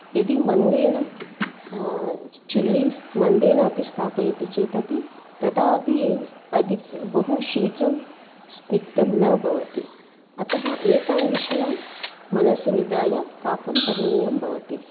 यदि मन्देन चुल्ली मन्देन अपि स्थापयति चेतपि तदापि अधि बहु शीघ्रं स्निग्धं न भवति अतः एतान् विषयान् मनसि निधाय पाकं करणीयं भवति